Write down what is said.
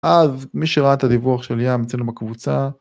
‫אז מי שראה את הדיווח של ים ‫אצלנו בקבוצה.